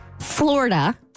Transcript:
Florida